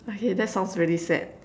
okay that sounds really sad